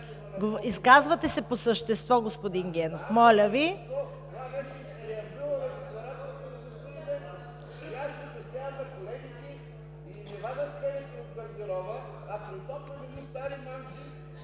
изказвате по същество, господин Генов. Моля Ви!